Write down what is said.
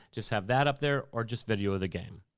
just have that up there, or just video of the game.